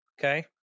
Okay